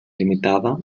limitada